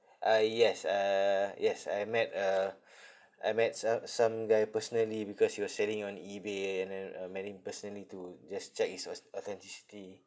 ah yes uh yes I met uh I met so~ some guy personally because he was selling on ebay uh and then uh met him personally to just check its aus~ authenticity